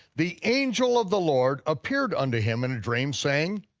the angel of the lord appeared unto him in a dream, saying,